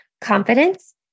confidence